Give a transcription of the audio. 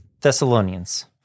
Thessalonians